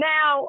Now